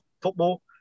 football